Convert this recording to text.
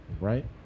right